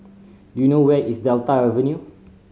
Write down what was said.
do you know where is Delta Avenue